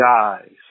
guys